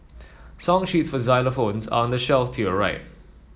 song sheets for xylophones are on the shelf to your right